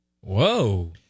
Whoa